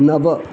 नव